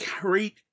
great